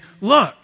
look